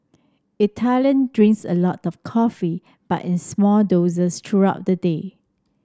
Italian drinks a lot of coffee but in small doses throughout the day